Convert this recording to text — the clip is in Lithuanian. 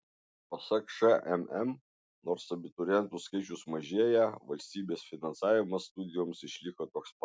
pasak šmm nors abiturientų skaičius mažėja valstybės finansavimas studijoms išliko toks pat